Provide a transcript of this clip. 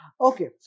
Okay